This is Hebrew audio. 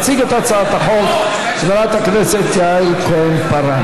תציג את הצעת החוק חברת הכנסת יעל כהן-פארן.